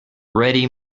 ready